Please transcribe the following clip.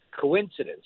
coincidence